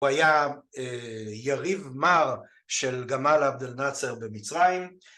הוא היה יריב מר של גמל עבדל נאצר במצרים